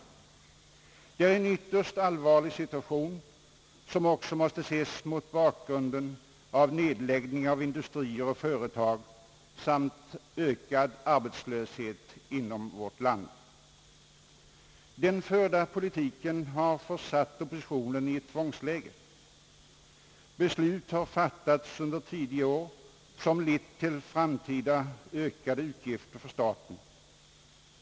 Detta är en ytterst allvarlig situation, som också måste ses mot bakgrunden av nedläggning av industrier och företag samt ökad arbetslöshet inom vårt land. Den förda politiken har försatt oppositionen i ett tvångsläge. Beslut har fattats under tidigare år som lett till framtida ökade utgifter för staten.